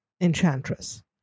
Enchantress